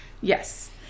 yes